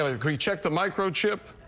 ah agree check the microchip.